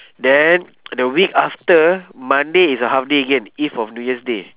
then the week after monday is a half day again eve of new year's day